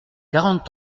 quarante